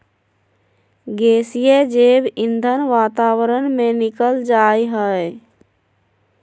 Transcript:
गैसीय जैव ईंधन वातावरण में निकल जा हइ